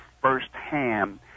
firsthand